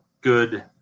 good